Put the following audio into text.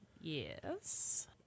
Yes